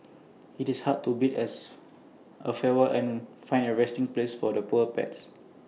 it's hard to bid as A farewell and find A resting place for the poor pets